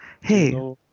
Hey